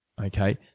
okay